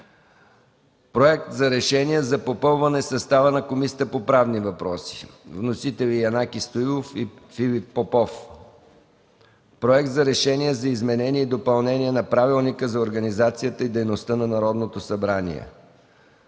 Проект за решение за попълване състава на Комисията по правни въпроси. Вносители са Янаки Стоилов и Филип Попов. 3. Проект за решение за изменение и допълнение на Правилника за организацията и дейността на Народното събрание.